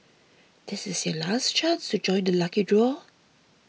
this is your last chance to join the lucky draw